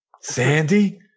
Sandy